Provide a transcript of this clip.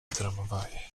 tramwaje